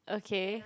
okay